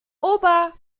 ober